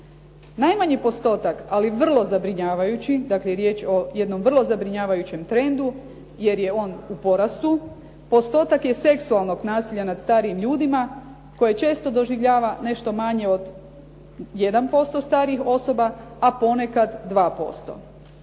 Najmanji postotak ali vrlo zabrinjavajući, dakle, riječ je o jednom vrlo zabrinjavajućem trendu jer je on u porastu, postotak je seksualnog nasilja nad starijim ljudima koje često doživljava nešto manje od 1% starijih osoba a ponekad 2%.